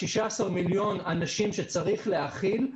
16 מיליון אנשים שצריך להאכיל,